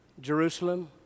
Jerusalem